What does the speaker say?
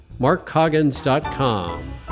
markcoggins.com